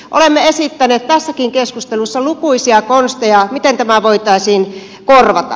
olemme esittäneet tässäkin keskustelussa lukuisia konsteja miten tämä voitaisiin korvata